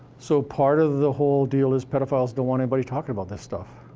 so part of the whole deal is pedophiles don't want anybody talking about that stuff.